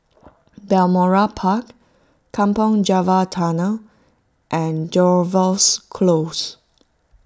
Balmoral Park Kampong Java Tunnel and Jervois Close